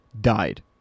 Died